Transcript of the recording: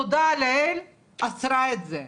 תודה לאל, עצרה את זה.